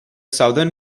southern